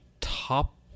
top